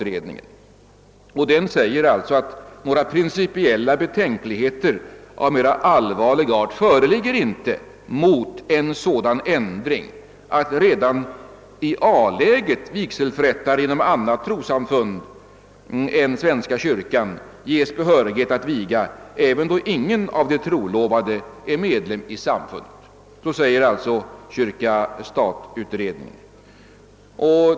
Denna utredning säger, att några principiella betänkligheter av mer allvarlig art inte föreligger mot en sådan ändring, att redan i A-läget vigselförrättare i annat trossamfund än svenska kyrkan ges behörighet att viga, även då ingen av de trolovade är medlem av samfundet.